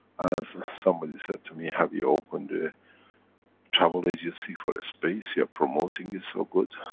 as somebody said to me, have you opened the travel agency for space? you're promoting it so good.